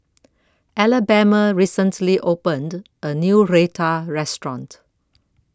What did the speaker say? Alabama recently opened A New Raita Restaurant